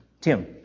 Tim